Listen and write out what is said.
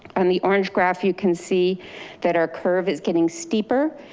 on the orange graph, you can see that our curve is getting steeper.